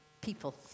people